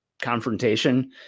Confrontation